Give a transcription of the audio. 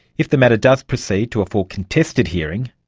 if the matter does proceed to a full contested hearing,